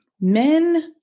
men